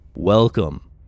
Welcome